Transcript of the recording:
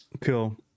Cool